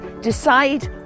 decide